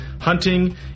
hunting